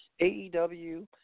AEW